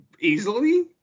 easily